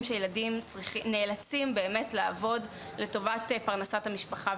שילדים נאלצים לעבוד לטובת פרנסת המשפחה.